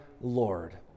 Lord